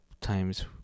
times